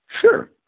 Sure